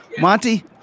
Monty